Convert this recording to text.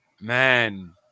man